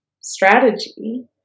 strategy